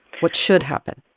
what should happen?